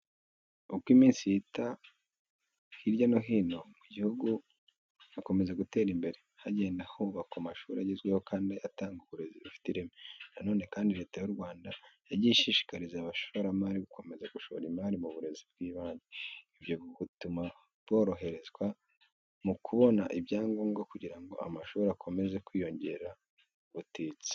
Uko iminsi ihita hirya no hino mu gihugu hakomeza gutera imbere. Hagenda hubakwa amashuri agezweho kandi atanga uburezi bufite ireme. Na none kandi Leta y'u Rwanda yagiye ishishikariza abashoramari gukomeza gushora imari mu burezi bw'ibanze. Ibyo butuma boroherezwa mukubona ibyangombwa kugira ngo amashuri akomeze kwiyongera ubutitsa.